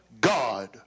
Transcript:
God